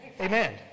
Amen